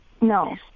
No